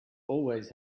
always